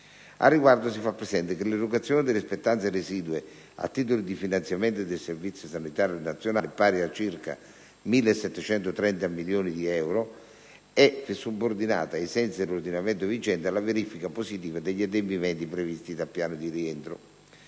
Al riguardo, si fa presente che l'erogazione delle spettanze residue a titolo di finanziamento del Servizio sanitario nazionale, pari a circa 1.730 milioni di euro, è subordinata, ai sensi dell'ordinamento vigente, alla verifica positiva degli adempimenti previsti dal piano di rientro.